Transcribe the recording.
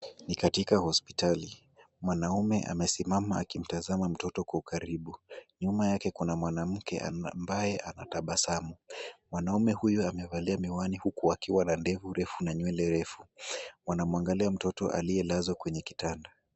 Ni katika hospitali mwanamume amesimama akimtazama mtoto kwa ukaribu, nyuma yake kuna mwanamke ambaye anatabasamu, mwanamume huyo amevalia miwani huku akiwa ndefu refu na nywele refu, wanamwangalia mtoto aliyelazwa kwenye kitanda.